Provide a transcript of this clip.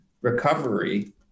recovery